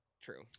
true